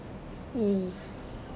mm